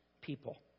people